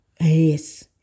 Yes